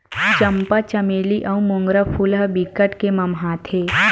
चंपा, चमेली अउ मोंगरा फूल ह बिकट के ममहाथे